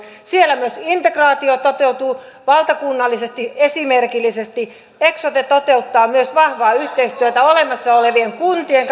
siellä myös integraatio toteutuu valtakunnallisesti esimerkillisesti eksote toteuttaa myös vahvaa yhteistyötä olemassa olevien kuntien